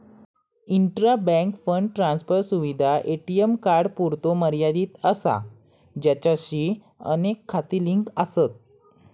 intra bank fund transfer सुविधा ATM कार्डांपुरतो मर्यादित असा ज्याचाशी अनेक खाती लिंक आसत